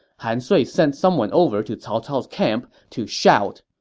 han sui sent someone over to cao cao's camp to shout,